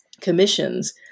commissions